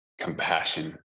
compassion